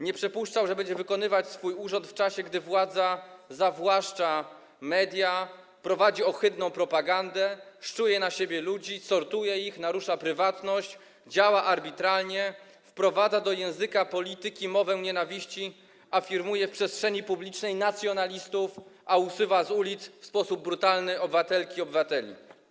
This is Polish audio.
Nie przypuszczał, że będzie wykonywać swój urząd w czasie, gdy władza zawłaszcza media, prowadzi ohydną propagandę, szczuje na siebie ludzi, sortuje ich, narusza prywatność, działa arbitralnie, wprowadza do języka polityki mowę nienawiści, afirmuje w przestrzeni publicznej nacjonalistów, a usuwa z ulic w sposób brutalny obywatelki i obywateli.